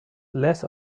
less